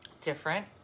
different